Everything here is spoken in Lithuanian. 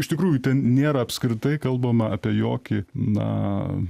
iš tikrųjų ten nėra apskritai kalbama apie jokį na